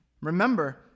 Remember